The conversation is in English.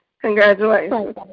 Congratulations